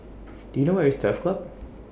Do YOU know Where IS Turf Club